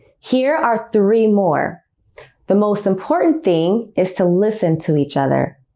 here are three more the most important thing is to listen to each other